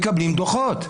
מקבלים דוחות.